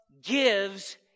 gives